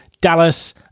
Dallas